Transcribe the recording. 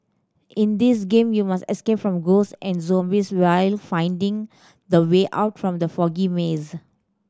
in this game you must escape from ghosts and zombies while finding the way out from the foggy maze